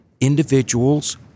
individuals